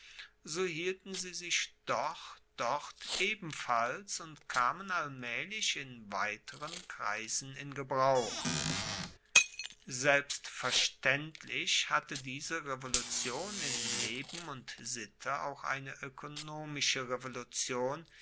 so hielten sie sich doch dort ebenfalls und kamen allmaehlich in weiteren kreisen in gebrauch selbstverstaendlich hatte diese revolution in leben und sitte auch eine oekonomische revolution